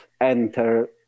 enter